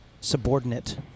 subordinate